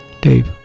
Dave